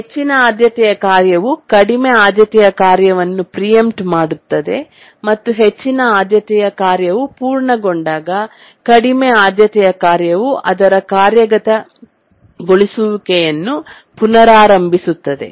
ಹೆಚ್ಚಿನ ಆದ್ಯತೆಯ ಕಾರ್ಯವು ಕಡಿಮೆ ಆದ್ಯತೆಯ ಕಾರ್ಯವನ್ನು ಪ್ರಿಯೆಮ್ಪ್ಟ್ ಮಾಡುತ್ತದೆ ಮತ್ತು ಹೆಚ್ಚಿನ ಆದ್ಯತೆಯ ಕಾರ್ಯವು ಪೂರ್ಣಗೊಂಡಾಗ ಕಡಿಮೆ ಆದ್ಯತೆಯ ಕಾರ್ಯವು ಅದರ ಕಾರ್ಯಗತಗೊಳಿಸುವಿಕೆಯನ್ನು ಪುನರಾರಂಭಿಸುತ್ತದೆ